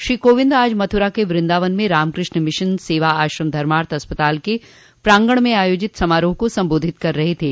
श्री कोविंद आज मथुरा के वृंदावन में रामकृष्ण मिशन सेवा आश्रम धर्माथ अस्पताल के प्रांगण में आयोजित समारोह को संबोधित कर रहे थे